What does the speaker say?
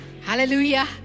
Hallelujah